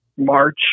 march